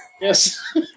Yes